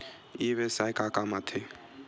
ई व्यवसाय का काम आथे?